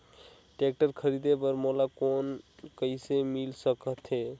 Tractor खरीदे बर मोला लोन कइसे मिल सकथे?